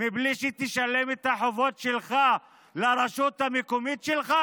מבלי שתשלם את החובות שלך לרשות המקומית שלך?